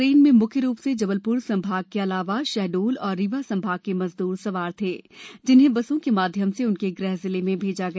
train में मुख्य रूप से जबलपुर संभाग के अलावा शहडोल तथा रीवा संभाग के मजदूर सवार थे जिन्हें बसों के माध्यम से उनके गृह जिले में भेजा गया